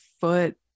foot